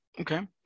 Okay